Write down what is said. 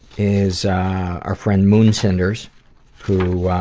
is our friend moonsenders who